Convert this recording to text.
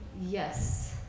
yes